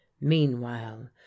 meanwhile